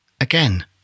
Again